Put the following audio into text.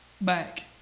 back